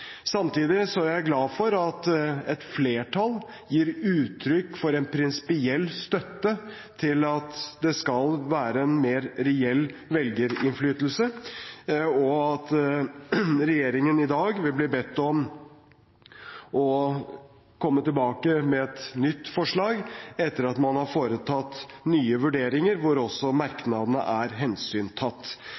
Samtidig er jeg glad for at et flertall gir uttrykk for en prinsipiell støtte til at det skal være en mer reell velgerinnflytelse, og at regjeringen i dag vil bli bedt om å komme tilbake med et nytt forslag, etter at man har foretatt nye vurderinger hvor også merknadene er hensyntatt.